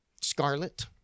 Scarlet